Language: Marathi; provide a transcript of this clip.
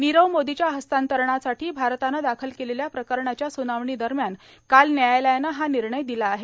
नीरव मोदीच्या हस्तांतरणासाठी भारतानं दाखल केलेल्या प्रकरणाच्या सुनावणी दरम्यान काल न्यायालयानं हा भिणय भिला आहे